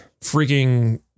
freaking